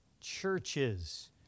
churches